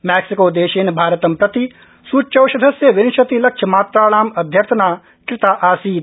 Mexico देशेन भारतं प्रति सूच्यौषधस्य विशतिलक्षमात्राणाम् अध्यर्थना कृता आसीत्